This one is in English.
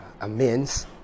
amends